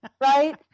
right